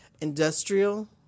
industrial